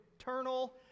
eternal